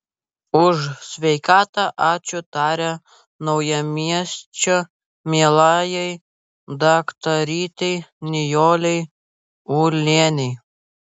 už sveikatą ačiū taria naujamiesčio mielajai daktarytei nijolei ulienei